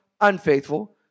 unfaithful